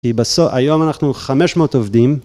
כי בסו... היום אנחנו 500 עובדים.